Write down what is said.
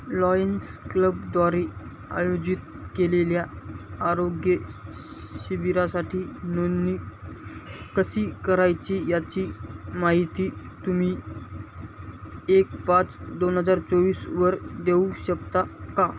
Lions क्लबद्वारे आयोजित केलेल्या आरोग्य शिबिरासाठी नोंदणी कशी करायची याची माहिती तुम्ही एक पाच दोन हजार चोवीसवर देऊ शकता का